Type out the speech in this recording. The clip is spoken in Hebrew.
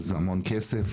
זה המון כסף.